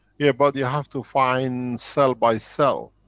yeah. but you have to find cell by cell.